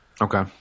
Okay